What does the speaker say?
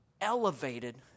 elevated